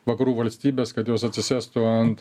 vakarų valstybes kad jos atsisėstų ant